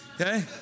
Okay